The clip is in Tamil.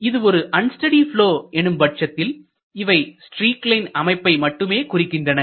ஆனால் இது ஒரு அன் ஸ்டெடி ப்லொ எனும் பட்சத்தில் இவை ஸ்ட்ரீக் லைன் அமைப்பை மட்டுமே குறிக்கின்றன